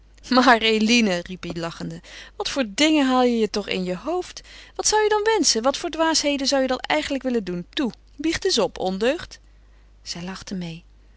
eline riep hij lachende wat voor dingen haal je je toch in je hoofd wat zou je dan wenschen wat voor dwaasheden zou je dan eigenlijk willen doen toe biecht eens op ondeugd zij lachte meê